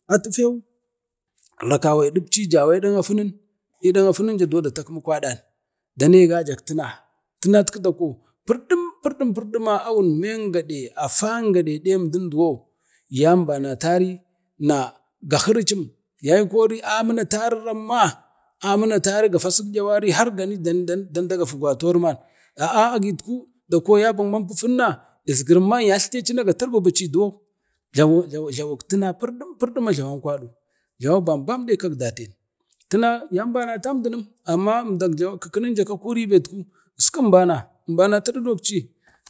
atufew gakawai dipci jawoi ɗan afininja duwon datakimi kwaɗam dane gajak tina, tinatku dako pardim-pirɗima awun men gaɗe afom gade ɗen əmdan duwon yambanari naga hiricim yai kori amun atari ramma, amun atari gafa sik iyawari dan-dagafi gwatori mon a'a agit ku yaba manpufunna isgirimman yatltecina ga tirbibici duwau jlawuk tina pirdim-pirɗuma jlawak tina kwaɗu jlawau bam bam ne kak daten tina yambanatam dinim kikininja ka kuribet ku iskin əmbana əmbanati aɗiɗok ci,